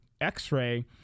x-ray